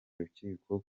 rukiko